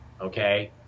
Okay